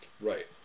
right